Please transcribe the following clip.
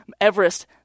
Everest